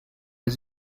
its